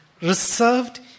reserved